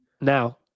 Now